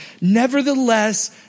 Nevertheless